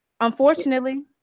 unfortunately